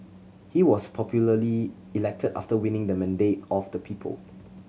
he was popularly elected after winning the mandate of the people